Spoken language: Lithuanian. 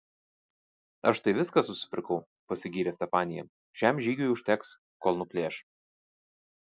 aš tai viską susipirkau pasigyrė stefanija šiam žygiui užteks kol nuplėš